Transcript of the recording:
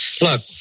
Look